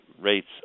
rates